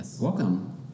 welcome